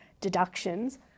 Deductions